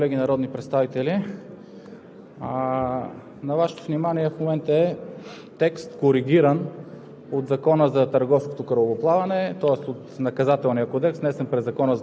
(ГЕРБ): Уважаема госпожо Председател, уважаеми колеги народни представители!